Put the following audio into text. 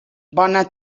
bona